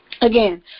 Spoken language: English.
Again